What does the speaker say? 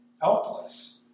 helpless